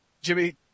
jimmy